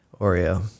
Oreo